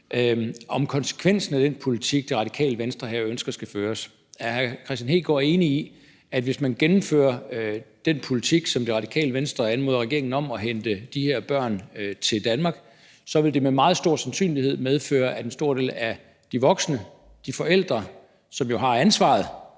om konsekvensen af den politik, Det Radikale Venstre her ønsker skal føres: Er hr. Kristian Hegaard enig i, at hvis man gennemfører den politik, som Det Radikale Venstre anmoder regeringen om, nemlig at hente de her børn til Danmark, vil det med meget stor sandsynlighed medføre, at en stor del af de voksne, de forældre, som jo har ansvaret,